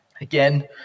again